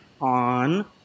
on